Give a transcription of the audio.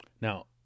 Now